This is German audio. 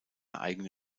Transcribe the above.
eigene